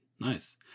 Nice